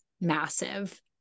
massive